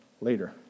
later